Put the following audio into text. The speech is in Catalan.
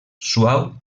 suau